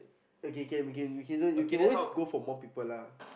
okay can we can we can we can just you can always go for more people lah